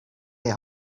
they